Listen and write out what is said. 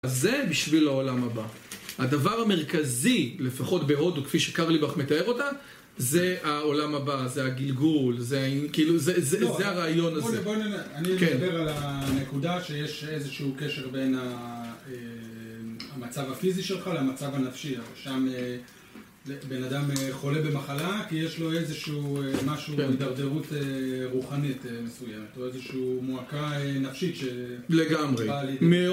זה בשביל העולם הבא, הדבר המרכזי, לפחות בהודו כפי שקרליבך מתאר אותה, זה העולם הבא, זה הגלגול, זה הרעיון הזה - אני אדבר על הנקודה שיש איזשהו קשר בין המצב הפיזי שלך למצב הנפשי, שם בן אדם חולה במחלה כי יש לו איזושהו משהו הידרדרות רוחנית מסוימת, או איזושהו מועקה נפשית - לגמרי